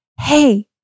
hey